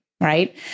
right